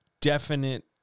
definite